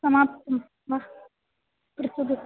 समाप्तं वा पृथक्